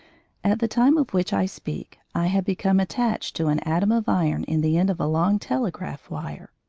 at the time of which i speak, i had become attached to an atom of iron in the end of a long telegraph wire.